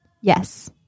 Yes